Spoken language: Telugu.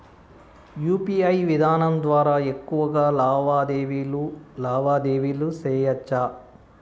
యు.పి.ఐ విధానం ద్వారా ఎక్కువగా లావాదేవీలు లావాదేవీలు సేయొచ్చా?